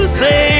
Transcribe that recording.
say